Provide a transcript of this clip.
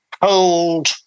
cold